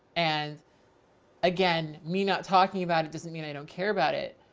and again, me not talking about it doesn't mean i don't care about it.